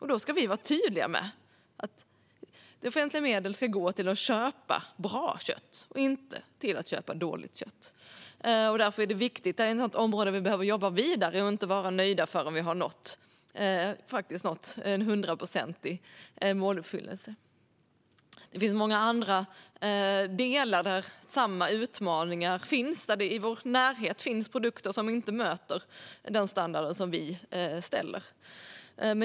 Vi ska vara tydliga med att offentliga medel ska gå till att köpa bra kött, inte till att köpa dåligt kött. Detta är ett område där vi behöver jobba vidare och inte ska vara nöjda förrän vi har nått en hundraprocentig måluppfyllelse. Det finns många andra delar där samma utmaningar finns. Det finns i vår närhet produkter som inte når upp till de krav på standard vi ställer.